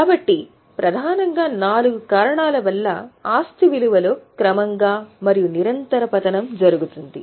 కాబట్టి ఇది ప్రధానంగా నాలుగు కారణాల వల్ల ఆస్తి విలువలో క్రమంగా మరియు నిరంతర పతనం జరుగుతుంది